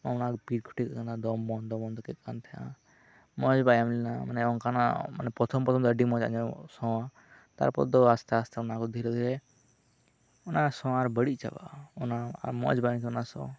ᱚᱱᱟ ᱵᱤᱨᱠᱟᱹᱴᱷᱤᱭᱟᱹ ᱟᱹᱭᱠᱟᱹᱜ ᱠᱟᱱ ᱛᱟᱦᱮᱱᱟ ᱫᱚᱢ ᱵᱚᱱᱫᱚ ᱵᱚᱱᱫᱚ ᱟᱹᱭᱠᱟᱹᱜ ᱠᱟᱱ ᱛᱟᱦᱮᱸᱜᱼᱟ ᱢᱚᱸᱡᱽ ᱵᱟᱭ ᱮᱢ ᱞᱮᱱᱟ ᱚᱱᱮ ᱚᱝᱠᱟᱱᱟᱜ ᱯᱨᱚᱛᱷᱚᱢ ᱯᱨᱚᱛᱷᱚᱢ ᱫᱚ ᱟᱹᱰᱤ ᱢᱚᱸᱡᱽ ᱥᱚ ᱛᱟᱨᱯᱚᱨ ᱫᱚ ᱟᱥᱛᱮ ᱟᱥᱛᱮ ᱚᱱᱟ ᱠᱚ ᱫᱷᱤᱨᱮ ᱫᱷᱤᱨᱮ ᱚᱱᱟ ᱥᱟᱣᱟᱨ ᱵᱟᱹᱲᱤᱡ ᱪᱟᱵᱟᱜᱼᱟ ᱚᱱᱟ ᱢᱚᱸᱡᱽ ᱵᱟᱝ ᱟᱹᱭᱠᱟᱹᱜᱼᱟ ᱚᱱᱟ ᱥᱚ